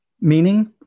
Meaning